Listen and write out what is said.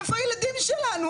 איפה הילדים שלנו?